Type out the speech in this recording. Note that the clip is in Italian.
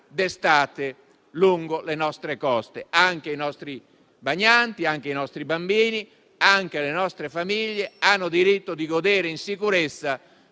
d'estate lungo le nostre coste. Anche i nostri bagnanti, anche i nostri bambini, anche le nostre famiglie hanno diritto di godere in sicurezza